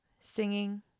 singing